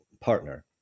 partner